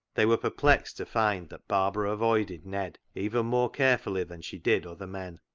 they were perplexed to find that barbara avoided ned even more carefully than she did other men.